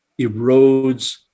erodes